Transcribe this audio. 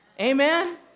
Amen